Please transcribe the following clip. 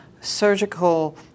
surgical